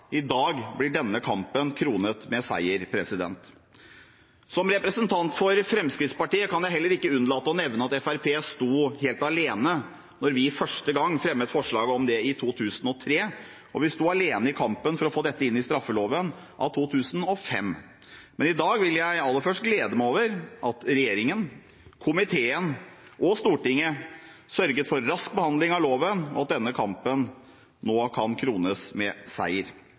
i dag blir denne kampen kronet med seier. Som representant for Fremskrittspartiet kan jeg heller ikke unnlate å nevne at Fremskrittspartiet sto helt alene da vi første gang fremmet forslag om det i 2003, og vi sto alene i kampen for å få dette inn i straffeloven av 2005. Men i dag vil jeg aller først glede meg over at regjeringen, komiteen og Stortinget sørget for rask behandling av loven, og at denne kampen nå kan krones med seier.